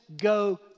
go